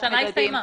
השנה הסתיימה.